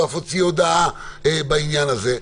והוא אף הוציא הודעה בעניין הזה.